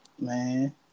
man